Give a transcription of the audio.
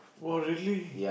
!wow! really